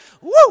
Woo